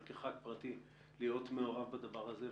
אבל כחבר כנסת פרטי להיות מעורב בדבר הזה,